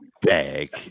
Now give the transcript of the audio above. Bag